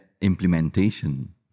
implementation